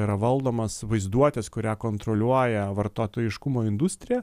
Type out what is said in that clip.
yra valdomas vaizduotės kurią kontroliuoja vartotojiškumo industrija